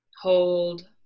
hold